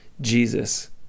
Jesus